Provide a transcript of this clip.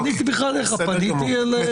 בסדר, מצוין.